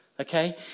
okay